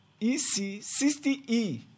EC60E